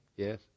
Yes